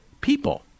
people